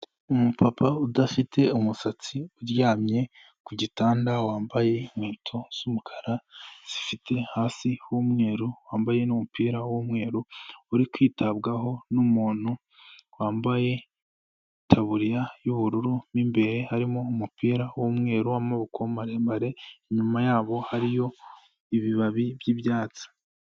Umupapa udafite umusatsi uryamye ku gitanda, wambaye inkweto z'umukara zifite hasi h'umweru, wambaye n'umupira w'umweru uri kwitabwaho n'umuntu wambaye itaburiya y'ubururu, mo imbere harimo umupira w'umweru w'amabokoko maremare, inyuma yabo hariyo ibibabi by'ibyatsi.